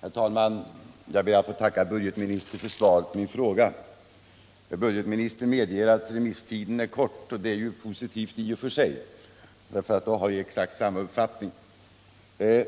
Herr talman! Jag ber att få tacka budgetministern för svaret på min fråga. Budgetministern medger att remisstiden är kort, och det medgivandet är i och för sig positivt — det innebär att vi har exakt samma uppfattning. Det